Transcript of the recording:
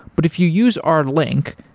but if you use our link,